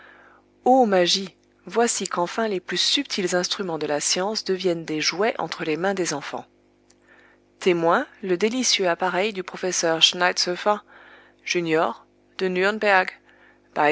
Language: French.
ô magie voici qu'enfin les plus subtils instruments de la science deviennent des jouets entre les mains des enfants témoin le délicieux appareil du professeur schneitzoëffer junior de nürnberg